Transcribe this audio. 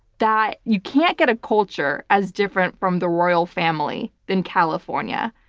that you can't get a culture as different from the royal family than california.